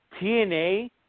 TNA